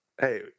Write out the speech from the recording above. Hey